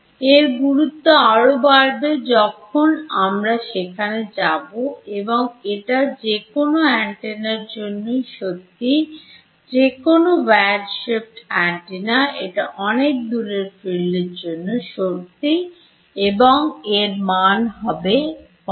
এর গুরুত্ব আরো বাড়বে যখন আমরা সেখানে যাব এবং এটা যে কোন এন্টিনার জন্য সত্যিই যে কোন Wired Shaped অ্যান্টেনা এটা অনেক দূরের ফিল্ডের জন্য সত্যি এবং যার মান হবে 1r